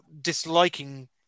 disliking